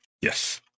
Yes